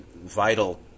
vital